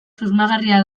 susmagarria